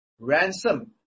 ransom